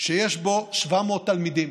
שיש בו 700 תלמידים